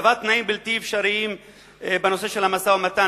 הצבת תנאים בלתי אפשריים בנושא של המשא-ומתן,